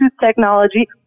technology